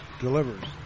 delivers